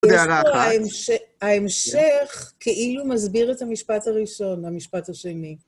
יש פה ההמשך כאילו מסביר את המשפט הראשון למשפט השני.